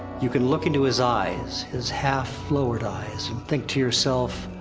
you could look into his eyes, his half-lowered eyes, and think to yourself,